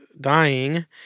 dying